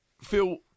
Phil